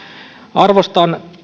arvostan